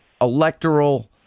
electoral